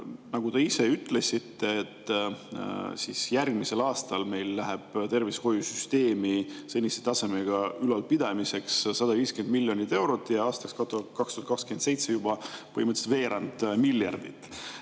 Nagu te ise ütlesite, järgmisel aastal meil läheb tervishoiusüsteemi senise tasemega ülalpidamiseks 150 miljonit eurot ja aastaks 2027 juba põhimõtteliselt veerand miljardit.